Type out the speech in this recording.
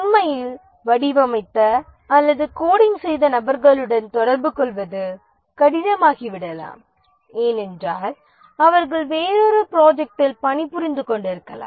உண்மையில் வடிவமைத்த அல்லது கோடிங் செய்த நபர்களுடன் தொடர்புகொள்வது கடினமாகிவிடலாம் ஏனென்றால் அவர்கள் வேறொரு ப்ராஜெக்டில் பணிபுரிந்து கொண்டிருக்கலாம்